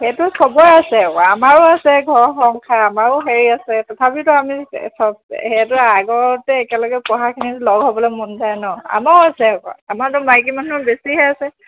সেইটো চবৰ আছে আমাৰো আছে ঘৰ সংসাৰ আমাৰো হেৰি আছে তথাপিতো আমি চব সেইটো আগতে একেলগে পঢ়াখিনি লগ হ'বলৈ মন যায় ন আমাৰো আছে আমাৰতো মাইকী মানুহ বেছিহে আছে